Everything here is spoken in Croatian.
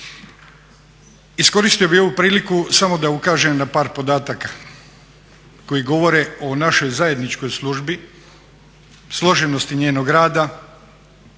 Iskoristio bi ovu priliku samo da ukažem na par podataka koji govore o našoj zajedničkoj službi, složenosti njenog rada